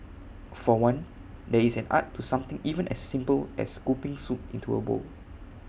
for one there is an art to something even as simple as scooping soup into A bowl